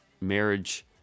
marriage